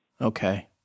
Okay